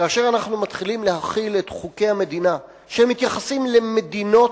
כאשר אנחנו מתחילים להחיל את חוקי המדינה שמתייחסים למדינות